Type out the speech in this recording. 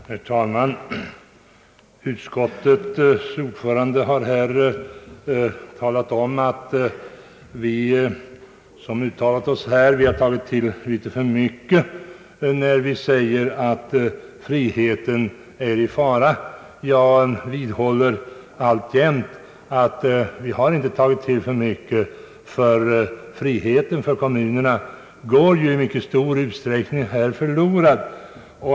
Herr talman! Utskottets ordförande ansåg att vi som uttalat oss här har tagit till litet för mycket, när vi sagt att friheten är i fara. Jag hävdar att vi inte tagit till för mycket, och jag vidhåller att kommunernas frihet i mycket stor utsträckning går förlorad.